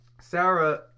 Sarah